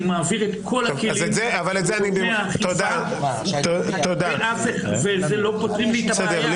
אני מעביר את כל הכלים לגורמי האכיפה ולא פותרים לי את הבעיה.